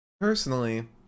Personally